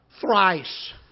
thrice